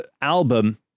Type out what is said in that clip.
album